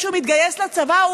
כשהוא מתגייס לצבא,